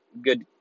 good